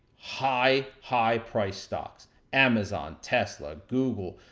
high, high price stocks amazon, tesla, google,